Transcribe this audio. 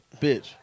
bitch